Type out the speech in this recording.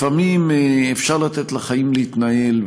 לפעמים אפשר לתת לחיים להתנהל,